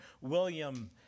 William